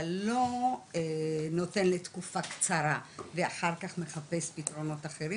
אבל לא נותן לתקופה קצרה ואחר כך מחפש פתרונות אחרים,